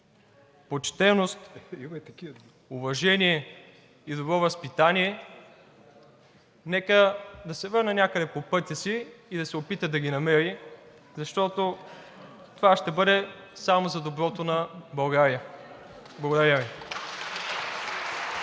„почтеност“, „уважение“ и „добро възпитание“, да се върне някъде по пътя си и да се опита да ги намери, защото това ще бъде само за доброто на България. Благодаря Ви.